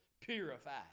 purified